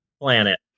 planet